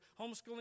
homeschooling